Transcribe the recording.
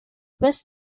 best